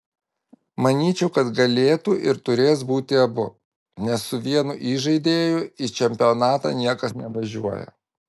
manyčiau kad galėtų ir turės būti abu nes su vienu įžaidėju į čempionatą niekas nevažiuoja